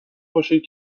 باشید